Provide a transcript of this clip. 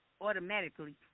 automatically